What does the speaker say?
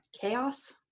chaos